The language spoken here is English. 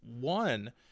One